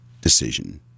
decision